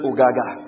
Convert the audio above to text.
Ogaga